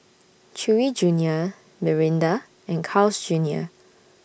Chewy Junior Mirinda and Carl's Junior